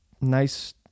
nice